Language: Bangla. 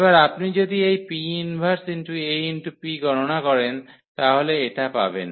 এবার আপনি যদি এই 𝑃−1𝐴𝑃 গণনা করেন তাহলে এটা পাবেন